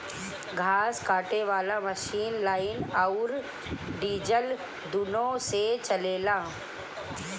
घास काटे वाला मशीन लाइन अउर डीजल दुनों से चलेला